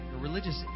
religious